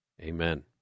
Amen